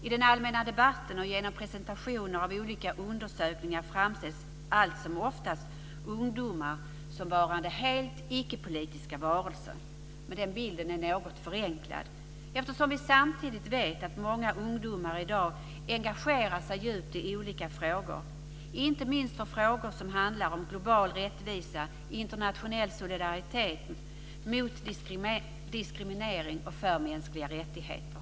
I den allmänna debatten och genom presentationer av olika undersökningar framställs alltsomoftast ungdomar som varande helt icke-politiska varelser. Men den bilden är något förenklad, eftersom vi samtidigt vet att många ungdomar i dag engagerar sig djupt i olika frågor, inte minst för frågor som handlar om global rättvisa och internationell solidaritet mot diskriminering och för mänskliga rättigheter.